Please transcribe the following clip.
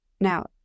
Now